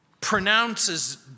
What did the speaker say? pronounces